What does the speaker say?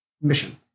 mission